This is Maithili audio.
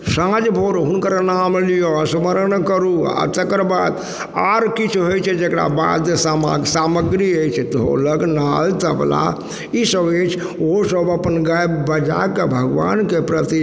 साँझ भोर हुनकर नाम लिअ स्मरण करू आओर तकरबाद आर किछु होइ छै जकरा बाद सामग सामग्री अछि ढोलक नाद तबला ई सब अछि ओसब अपन गाए बजाके भगवानके प्रति